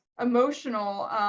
emotional